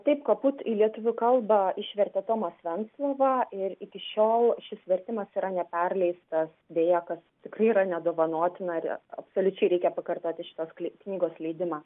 taip kaput į lietuvių kalbą išvertė tomas venclova ir iki šiol šis vertimas yra neperleistas deja kas tikrai yra nedovanotina ir absoliučiai reikia pakartoti šitos kli knygos leidimą